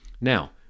Now